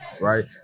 Right